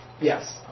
Yes